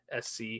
SC